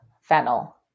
fennel